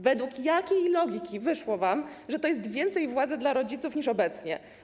Według jakiej logiki wyszło wam, że to jest więcej władzy dla rodziców niż obecnie?